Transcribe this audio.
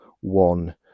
one